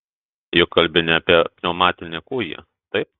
juk kalbi ne apie pneumatinį kūjį taip